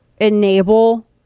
enable